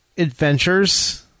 adventures